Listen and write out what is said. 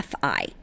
FI